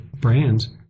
brands